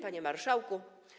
Panie Marszałku!